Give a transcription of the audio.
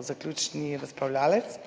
zaključni razpravljavec.